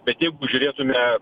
bet jeigu žiūrėtume